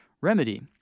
remedy